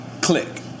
Click